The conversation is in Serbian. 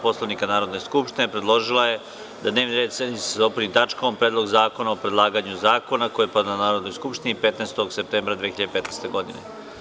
Poslovnika Narodne skupštine, predložila je da se dnevni red sednice dopuni tačkom – Predlog zakona o predlaganju zakona, koji je podnela Narodnoj skupštini 15. septembra 2015. godine.